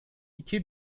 iki